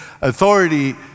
authority